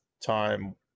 time